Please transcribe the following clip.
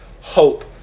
hope